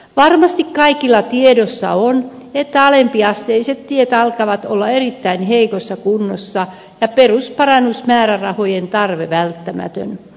varmasti kaikilla tiedossa on että alempiasteiset tiet alkavat olla erittäin heikossa kunnossa ja perusparannusmäärärahojen tarve on välttämätön